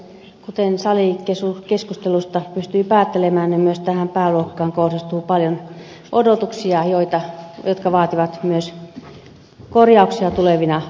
kuten salikeskustelusta pystyy päättelemään myös tähän pääluokkaan kohdistuu paljon odotuksia jotka vaativat myös korjauksia tulevina aikoina